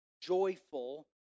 joyful